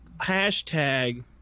hashtag